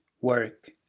work